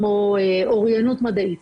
כמו אוריינות מדעית,